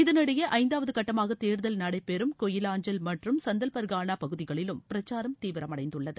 இதனிடையே ஐந்தாவது கட்டமாக தேர்தல் நடைபெறும் கொயிவாஞ்சல் மற்றும் சந்தல்பர்கானா பகுதிகளிலும் பிரச்சாரம் தீவிரமடைந்துள்ளது